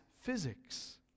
physics